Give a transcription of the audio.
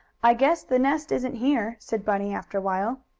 i guess the nest isn't here, said bunny after a while.